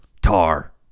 Tar